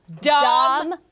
dumb